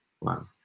wow